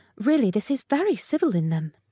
really this is very civil in them.